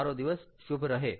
તમારો દિવસ શુભ રહે